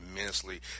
immensely